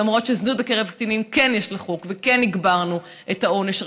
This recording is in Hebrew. למרות שזנות בקרב קטינים כן יש לה חוק וכן הגברנו את העונש.